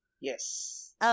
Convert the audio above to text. Yes